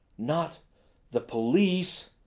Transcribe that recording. not the police!